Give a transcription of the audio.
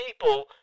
people